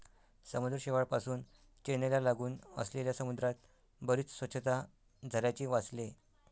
समुद्र शेवाळापासुन चेन्नईला लागून असलेल्या समुद्रात बरीच स्वच्छता झाल्याचे वाचले